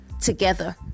together